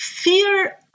Fear